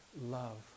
love